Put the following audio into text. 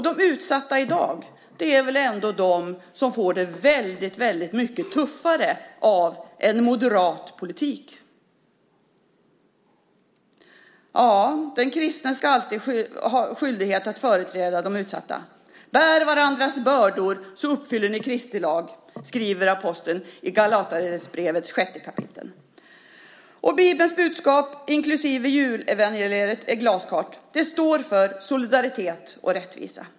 De utsatta i dag är väl ändå de som får det väldigt mycket tuffare av en moderat politik. Den kristne har alltid skyldighet att företräda de utsatta. "Bär varandras bördor, så uppfyller ni Kristi lag", skriver aposteln i Galaterbrevets sjätte kapitel. Bibelns budskap inklusive julevangeliets är glasklart. Det står för solidaritet och rättvisa.